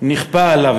נכפה עליו,